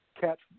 catch